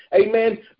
amen